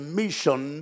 mission